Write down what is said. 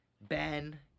Ben